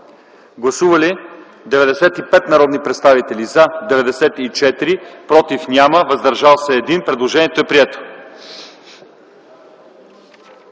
Гласували 94 народни представители: за 93, против няма, въздържал се 1. Предложението е прието.